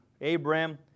Abraham